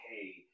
Hey